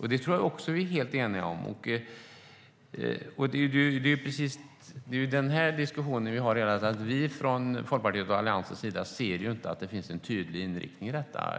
Det tror jag också att vi är helt eniga om. Det är den diskussionen som vi har. Vi från Folkpartiet och Alliansen ser inte att det finns en tydlig inriktning i detta.